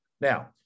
Now